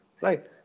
Right